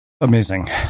Amazing